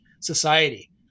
society